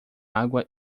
água